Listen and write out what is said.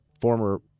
former